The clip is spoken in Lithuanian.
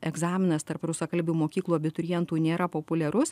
egzaminas tarp rusakalbių mokyklų abiturientų nėra populiarus